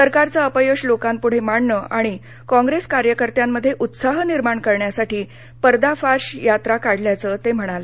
सरकारचं अपयश लोकांपुढे मांडणं आणि काँप्रेस कार्यकर्त्यांमध्ये उत्साह निर्माण करण्यासाठी पर्दाफाश यात्रा काढल्याचं ते म्हणाले